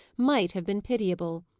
might have been pitiable.